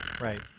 right